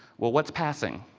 well, what is passing?